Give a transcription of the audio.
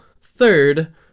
third